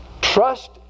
Trust